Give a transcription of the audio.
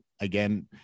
again